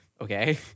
Okay